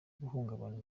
guhungabanya